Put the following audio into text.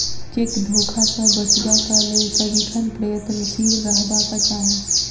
cheque धोखा सॅ बचबाक लेल सदिखन प्रयत्नशील रहबाक चाही